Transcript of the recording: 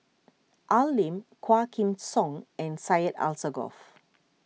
Al Lim Quah Kim Song and Syed Alsagoff